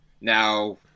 now